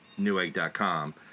Newegg.com